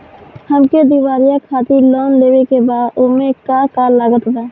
हमके दिवाली खातिर लोन लेवे के बा ओमे का का लागत बा?